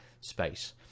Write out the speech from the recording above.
space